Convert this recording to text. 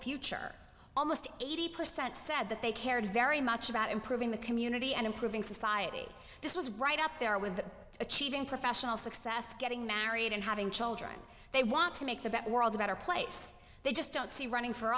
future almost eighty percent said that they cared very much about improving the community and improving society this was right up there with achieving professional success getting married and having children they want to make about world a better place they just don't see running for